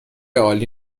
عالی